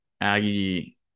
Aggie